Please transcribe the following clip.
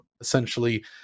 essentially